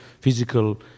physical